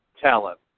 talent